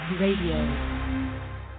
Radio